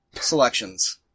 Selections